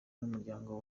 n’umuryango